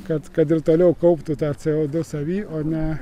kad kad ir toliau kauptų tą c o du savy o ne